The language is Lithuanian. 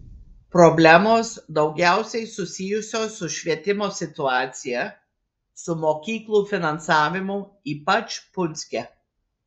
problemos daugiausiai susijusios su švietimo situacija su mokyklų finansavimu ypač punske